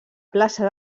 plaça